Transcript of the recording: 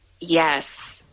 Yes